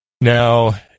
Now